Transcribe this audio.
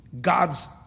God's